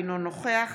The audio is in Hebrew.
אינו נוכח